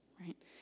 right